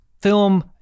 film